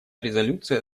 резолюция